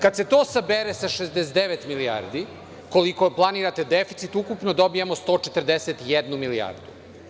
Kada se to sabere sa 69 milijardi, koliko planirate deficit, ukupno dobijemo 141 milijardu.